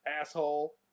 asshole